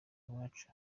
abacu